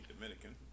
Dominican